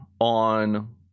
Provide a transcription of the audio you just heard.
on